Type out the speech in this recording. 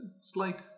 slight